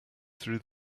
through